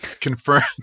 confirmed